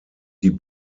die